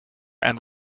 and